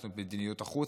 הקרסנו את מדיניות החוץ,